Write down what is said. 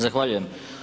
Zahvaljujem.